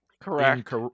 Correct